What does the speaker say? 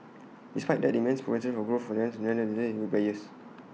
despite that the immense potential for growth players